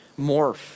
morph